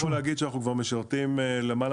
אני רק רוצה להוסיף שאנחנו משרתים כבר למעלה